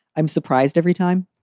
i'm surprised every time,